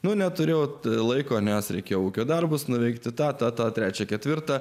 nuo neturėjote laiko nes reikėjo ūkio darbus nuveikti tą tą tą trečią ketvirtą